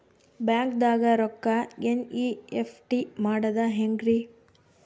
ಬ್ಯಾಂಕ್ದಾಗ ರೊಕ್ಕ ಎನ್.ಇ.ಎಫ್.ಟಿ ಮಾಡದ ಹೆಂಗ್ರಿ?